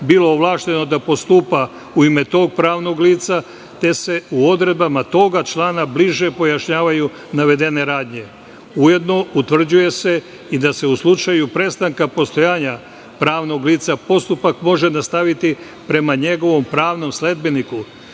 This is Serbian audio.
bilo ovlašćeno da postupa u ime tog pravnog lica, te se u odredbama toga člana bliže pojašnjavaju navedene radnje. Ujedno, utvrđuje se i da se u slučaju prestanka postojanja pravnog lica, postupak može nastaviti prema njegovom pravnom sledbeniku,